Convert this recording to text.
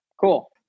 cool